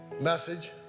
message